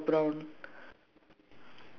then red is it or brown